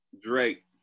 Drake